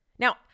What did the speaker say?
Now